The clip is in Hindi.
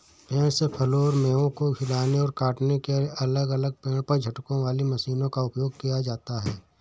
पेड़ से फलों और मेवों को हिलाने और काटने के लिए अलग अलग पेड़ पर झटकों वाली मशीनों का उपयोग किया जाता है